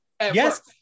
Yes